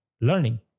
learning